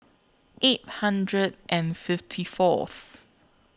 eight hundred and fifty Fourth